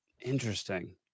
interesting